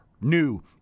new